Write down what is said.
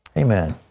amen.